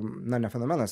na ne fenomenas